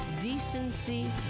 decency